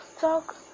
Talk